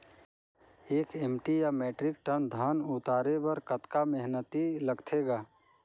एक एम.टी या metric tonne धन उतारे बर कतका मेहनती लगथे ग?